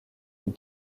une